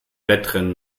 wettrennen